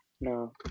no